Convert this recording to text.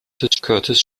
curtis